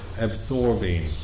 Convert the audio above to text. absorbing